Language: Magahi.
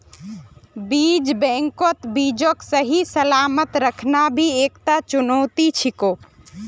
बीज बैंकत बीजक सही सलामत रखना भी एकता चुनौती छिको